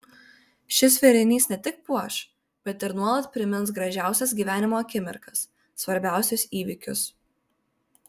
šis vėrinys ne tik puoš bet ir nuolat primins gražiausias gyvenimo akimirkas svarbiausius įvykius